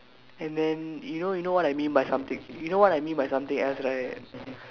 and then you know you know what I mean by something you know what I mean by something else right